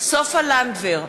סופה לנדבר,